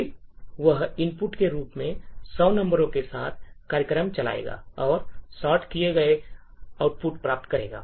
फिर वह इनपुट के रूप में सौ नंबरों के साथ कार्यक्रम चलाएगा और सॉर्ट किए गए आउटपुट प्राप्त करेगा